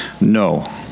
No